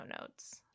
notes